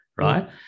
Right